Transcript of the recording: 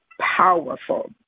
powerful